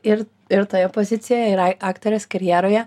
ir ir toje pozicijoje ir a aktorės karjeroje